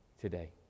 today